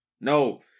No